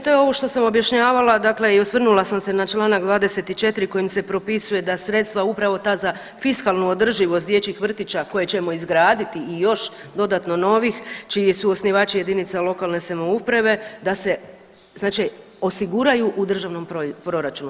To je ovo što objašnjavala, dakle i osvrnula sam se na Članak 24. kojim se propisuje da sredstva upravo ta za fiskalnu održivost dječjih vrtića koje ćemo izgraditi i još dodatno novih čiji su osnivači jedinice lokalne samouprave, da se znači osiguraju u državnom proračunu.